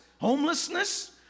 Homelessness